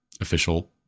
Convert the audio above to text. official